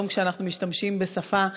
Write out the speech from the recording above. היום כשאנחנו משתמשים בשפה,